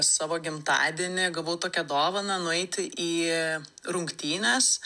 savo gimtadienį gavau tokią dovaną nueiti į rungtynes